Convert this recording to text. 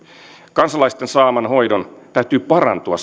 kansalaisten saaman hoidon täytyy parantua